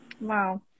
Wow